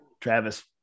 Travis